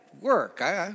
work